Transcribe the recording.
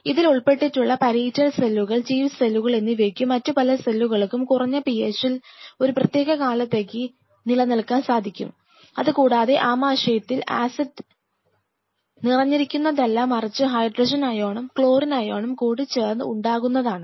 ഇതിൽ ഉൾപ്പെട്ടിട്ടുള്ള പരിറ്റൽ സെല്ലുകൾ ചീഫ് സെല്ലുകൾ എന്നിവയ്ക്കും മറ്റുപല സെല്ലുകൾക്കും കുറഞ്ഞ PH ഇൽ ഒരു പ്രത്യേക കാലത്തേക്ക് നിലനിൽക്കാൻ സാധിക്കുംഅത് കൂടാതെ ആമാശയത്തിൽ ആസിഡ് നിറഞ്ഞിരിക്കുന്നതല്ല മറിച് ഹൈഡ്രജൻ അയോണും ക്ലോറിൻ അയോണും കൂടി ചേർന്ന് ഉണ്ടാകുന്നതാണ്